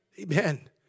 Amen